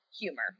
humor